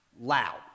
loud